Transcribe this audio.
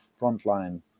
frontline